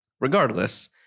regardless